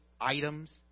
items